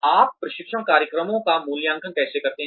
आप प्रशिक्षण कार्यक्रमों का मूल्यांकन कैसे करते हैं